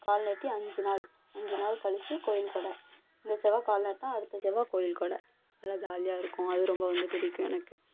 கால்நட்டி அஞ்சு நாள் அஞ்சு நாள் கழிச்சு கோவில் கொடை இந்த செவ்வாய் கால்நட்டினா அடுத்த செவ்வாய் கோவில் கொடை நல்லா ஜாலியாக இருக்கும் அது ரொம்ப வந்து பிடிக்கும் எனக்கு